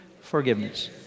Forgiveness